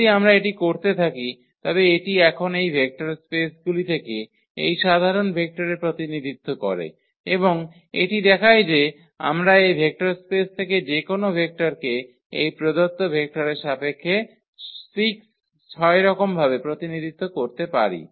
যদি আমরা এটি করতে থাকি তবে এটি এখন এই ভেক্টর স্পেসগুলি থেকে এই সাধারণ ভেক্টরের প্রতিনিধিত্ব করে এবং এটি দেখায় যে আমরা এই ভেক্টর স্পেস থেকে যে কোনও ভেক্টরকে এই প্রদত্ত ভেক্টরের সাপেক্ষে 6 ভাবে প্রতিনিধিত্ব করতে পারি